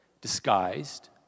disguised